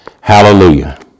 Hallelujah